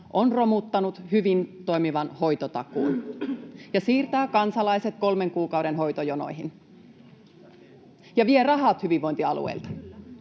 on romuttanut hyvin toimivan hoitotakuun ja siirtää kansalaiset kolmen kuukauden hoitojonoihin ja vie rahat hyvinvointialueilta.